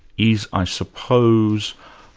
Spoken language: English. is i suppose,